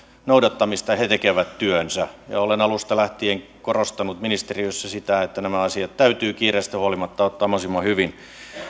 noudattamista tekevät työnsä ja olen alusta lähtien korostanut ministeriössä sitä että nämä asiat täytyy kiireestä huolimatta ottaa mahdollisimman hyvin